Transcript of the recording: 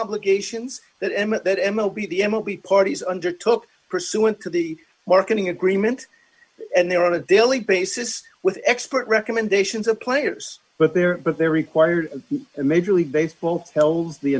obligations that emmott that m o be the m o v parties under took pursuant to the marketing agreement and they're on a daily basis with expert recommendations of players but they're but they're required and major league baseball tells the